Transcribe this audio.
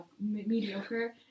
mediocre